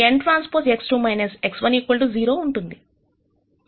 ఉంటుంది